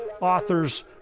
authors